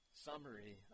summary